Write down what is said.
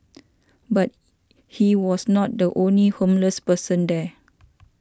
but he was not the only homeless person there